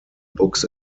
books